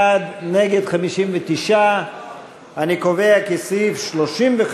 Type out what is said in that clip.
בעד, 61, נגד, 59. אני קובע כי סעיף 35